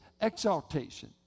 exaltation